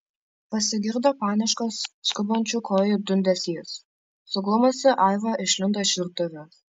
pasigirdo paniškas skubančių kojų dundesys suglumusi aiva išlindo iš virtuvės